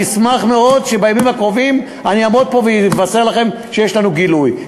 אני אשמח מאוד לעמוד פה בימים הקרובים ולבשר לכם שיש לנו גילוי,